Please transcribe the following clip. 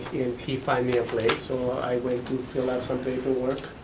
he find me a place, so i went to fill out some paperwork.